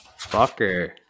Fucker